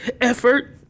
effort